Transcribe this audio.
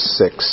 six